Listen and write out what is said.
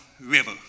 river